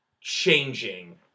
changing